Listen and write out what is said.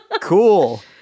cool